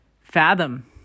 fathom